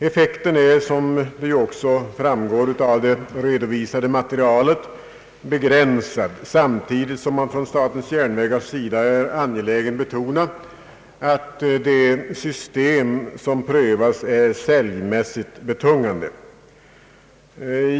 Effekten är — vilket också framgår av det redovisade materialet — begränsad, samtidigt som man från statens järnvägars sida är angelägen betona att det system som prövas är säljmässigt betungande.